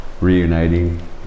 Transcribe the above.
reuniting